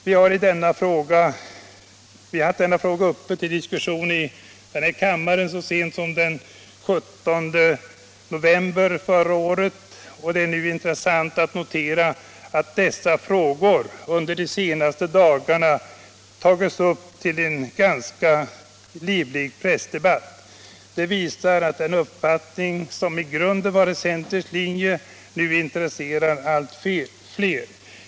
Vi har haft dessa frågor uppe till diskussion i kammaren så sent som den 17 november förra året, och det är nu intressant att notera att frågorna de senaste dagarna tagits upp till en ganska livlig pressdebatt. Det visar att den uppfattning som i grunden varit centerns linje nu intresserar allt fler.